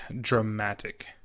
dramatic